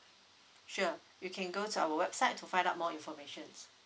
sure you can go to our website to find out more information